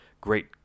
great